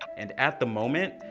and at the moment,